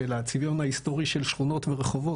של הצביון ההיסטורי של שכונות ורחובות,